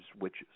witches